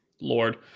Lord